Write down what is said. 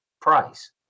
price